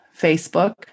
Facebook